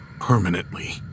permanently